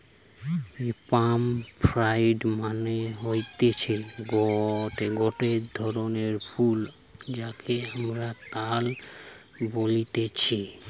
পাম fruit মানে হতিছে গটে ধরণের ফল যাকে আমরা তাল বলতেছি